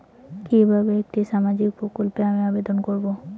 কিভাবে একটি সামাজিক প্রকল্পে আমি আবেদন করব?